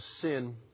Sin